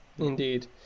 Indeed